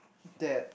that